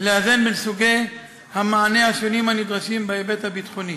לאזן בין סוגי המענה השונים הנדרשים בהיבט הביטחוני.